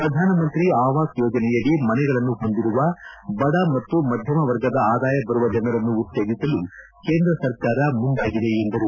ಪ್ರಧಾನಮಂತ್ರಿ ಅವಾಸ್ ಯೋಜನೆಯಡಿ ಮನೆಗಳನ್ನು ಹೊಂದಿರುವ ಬಡ ಮತ್ತು ಮಧ್ಯಮ ವರ್ಗದ ಆದಾಯ ಬರುವ ಜನರನ್ನು ಉತ್ತೇಜಿಸಲು ಕೇಂದ್ರ ಸರ್ಕಾರ ಮುಂದಾಗಿದೆ ಎಂದರು